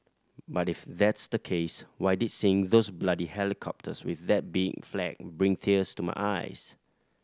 but if that's the case why did seeing those bloody helicopters with that big flag bring tears to my eyes